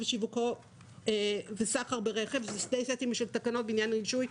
ושיווקו וסחר ברכב) אלה שני סטים של תקנות בעניין רישוי,